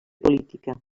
política